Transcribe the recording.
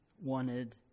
wanted